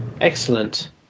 Excellent